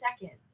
second